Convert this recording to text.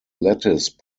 lattice